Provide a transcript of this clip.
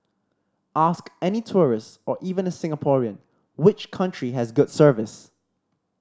ask any tourist or even a Singaporean which country has good service